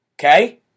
Okay